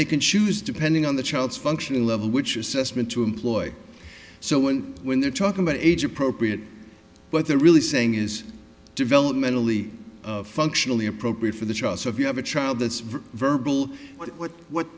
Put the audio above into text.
they can choose depending on the child's functioning level which assessment to employ so when when they're talking about age appropriate but they're really saying is developmentally functionally appropriate for the child so if you have a child that's very verbal what what